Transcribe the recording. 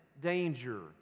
danger